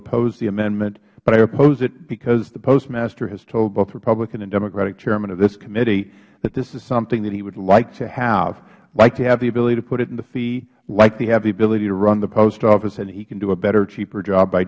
oppose the amendment but i oppose it because the postmaster has told both republican and democratic chairmen of this committee that this is something that he would like to have like to have the ability to put it in the fee like to have the ability to run the post office and he can do a better cheaper job by